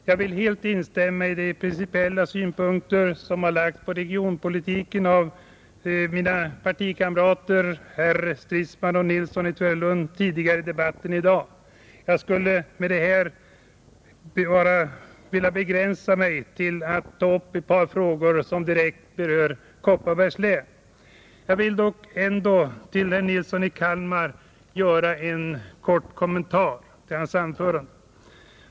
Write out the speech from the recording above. Jag vill helt instämma i de principiella synpunkter på regionalpolitiken som tidigare i debatten i dag har framförts av mina partikamrater, herrar Stridsman och Nilsson i Tvärålund. Jag skulle här bara vilja begränsa mig till att ta upp ett par frågor som direkt berör Kopparbergs län. Men först en kort kommentar till anförandet av herr Nilsson i Kalmar.